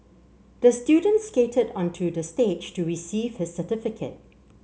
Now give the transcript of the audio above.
the student skated onto the stage to receive his certificate